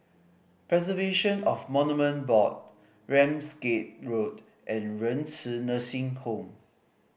Preservation of Monument Board Ramsgate Road and Renci Nursing Home